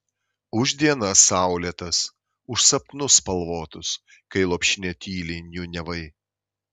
už dienas saulėtas už sapnus spalvotus kai lopšinę tyliai niūniavai